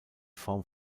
form